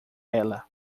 ela